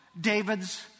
David's